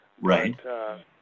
Right